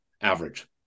average